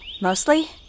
mostly